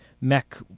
mech